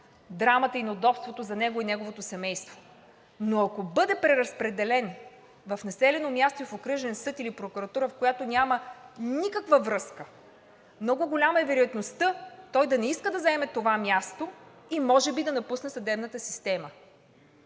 драмата и неудобството за него и за неговото семейство. Но ако бъде преразпределен в населено място в окръжен съд или прокуратура, в която няма никаква връзка, много голяма е вероятността той да не иска да заеме това място и може би да напусне съдебната система.